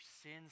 sins